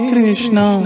Krishna